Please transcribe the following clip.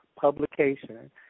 Publication